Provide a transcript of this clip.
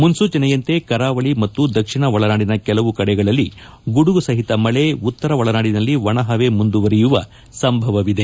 ಮುನ್ನೂಚನೆಯಂತೆ ಕರಾವಳಿ ಮತ್ತು ದಕ್ಷಿಣ ಒಳನಾಡಿನ ಕೆಲವು ಕಡೆಗಳಲ್ಲಿ ಗುಡುಗು ಸಹಿತ ಮಳೆ ಉತ್ತರ ಒಳನಾಡಿನಲ್ಲಿ ಒಣ ಹಣ ಮುಂದುವರೆಯುವ ಸಂಭವವಿದೆ